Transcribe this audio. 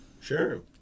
Sure